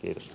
kiitos